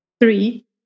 three